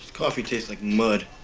coffee tastes like mud.